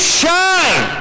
shine